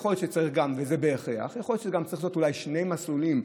יכול להיות שצריכים להיות שני מסלולים,